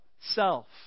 self